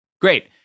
Great